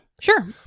Sure